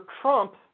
Trump